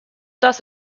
das